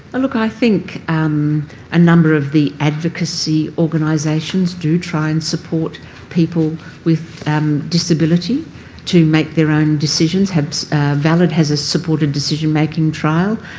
look, i think um a number of the advocacy organisations do try and support people with um disability to make their own decisions. valid has a supported decision-making trial.